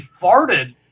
farted